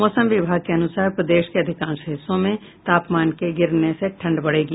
मौसम विभाग के अनुसार प्रदेश के अधिकांश हिस्सों में तापमान के गिरने से ठंड बढ़ेगी